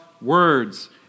words